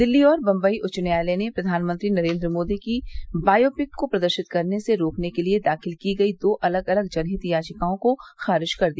दिल्ली और बम्बई उच्च न्यायालय ने प्रधानमंत्री नरेन्द्र मोदी की बायोपिक को प्रदर्शित करने से रोकने के लिए दाखिल की गई दो अलग अलग जनहित याचिकाओं को खारिज कर दिया